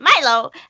Milo